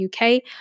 UK